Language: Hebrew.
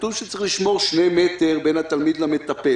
כתוב שצריך לשמור על מרחק של שני מטרים בין התלמיד למטפל.